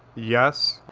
yes.